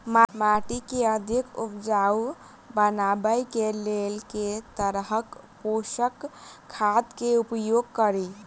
माटि केँ अधिक उपजाउ बनाबय केँ लेल केँ तरहक पोसक खाद केँ उपयोग करि?